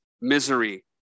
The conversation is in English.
misery